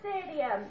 Stadium